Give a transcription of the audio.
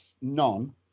none